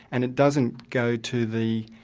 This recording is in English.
and it doesn't go to the